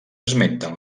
esmenten